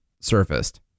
surfaced